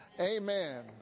amen